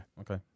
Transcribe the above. Okay